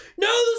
no